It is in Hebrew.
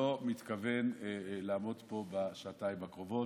לא מתכוון לעמוד פה בשעתיים הקרובות.